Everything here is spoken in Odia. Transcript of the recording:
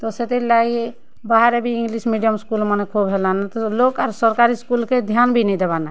ତ ସେଥିର୍ଲାଗି ବାହାରେ ବି ଇଂଗ୍ଲିଶ୍ ମିଡ଼ିୟମ୍ ସ୍କୁଲ୍ମାନେ ଖୋବ୍ ହେଲାନ ତ ଲୋକ୍ ଆର୍ ସରକାରୀ ସ୍କୁଲ୍କେ ଧ୍ୟାନ୍ ବି ନାଇ ଦେବାର୍ ନେ